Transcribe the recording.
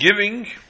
giving